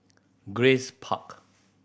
Grace Park